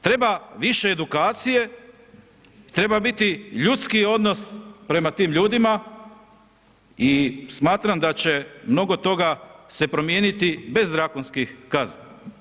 Treba više edukacije i treba biti ljudskiji odnos prema tim ljudima i smatram da će mnogo toga se promijeniti bez drakonskih kazni.